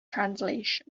translation